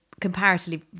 comparatively